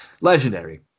Legendary